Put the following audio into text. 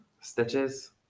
stitches